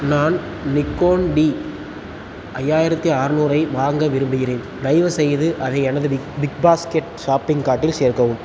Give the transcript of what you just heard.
நான் Nikon D ஐயாயிரத்தி ஆற்நூறு ஐ வாங்க விரும்புகிறேன் தயவுசெய்து அதை எனது பிக் பிக்பாஸ்கெட் ஷாப்பிங் கார்ட்டில் சேர்க்கவும்